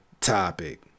topic